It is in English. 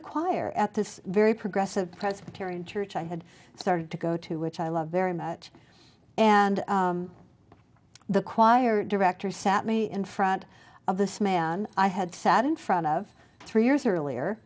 the choir at this very progressive presbyterian church i had started to go to which i love very much and the choir director sat me in front of this man i had sat in front of three years